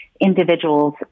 Individuals